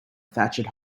thatched